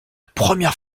première